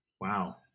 Wow